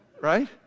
Right